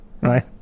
right